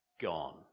gone